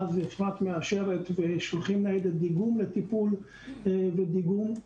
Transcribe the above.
ואז אפרת מאשרת ושולחים ניידת דיגום לטיפול ודיגום.